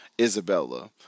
Isabella